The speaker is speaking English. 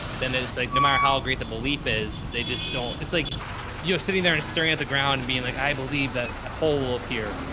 then it's like, no matter how great the belief is, they just don't. it's like you're sitting there and staring at the ground and being like, i believe that a hole will appear.